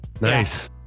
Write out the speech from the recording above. Nice